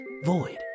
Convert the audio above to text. void